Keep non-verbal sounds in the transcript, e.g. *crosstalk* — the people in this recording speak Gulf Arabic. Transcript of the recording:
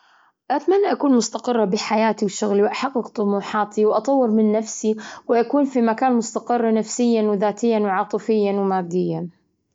الأصوات المفاجئة المزعجة، أنا بحكي بصوت المكنسة بالليل، صريخ اليهال، *hesitation* ال-صوت-ال-صوت زرع، سيارات الشرطة. أي شيء يزعجني بالليل، أقوم *hesitation* مفزوع من النوم، ما أقدر أنام.